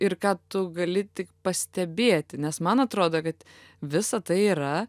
ir ką tu gali tik pastebėti nes man atrodo kad visa tai yra